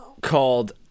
called